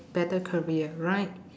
better career right